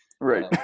right